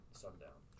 sundown